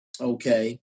Okay